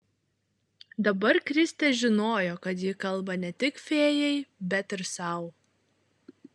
dabar kristė žinojo kad ji kalba ne tik fėjai bet ir sau